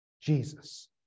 Jesus